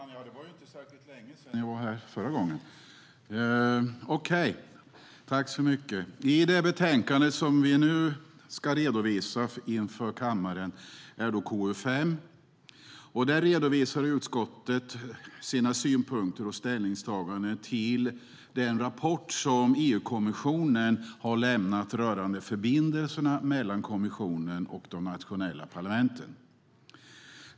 Fru talman! Det var inte särskilt länge sedan jag stod här i talarstolen. Det utlåtande som vi nu ska redovisa inför kammaren är KU5. Där redovisar utskottet sina synpunkter och ställningstaganden till den rapport som EU-kommissionen har lämnat rörande förbindelserna mellan kommissionen och de nationella parlamenten.